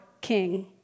king